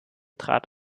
trat